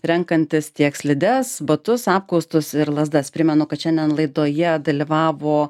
renkantis tiek slides batus apkaustus ir lazdas primenu kad šiandien laidoje dalyvavo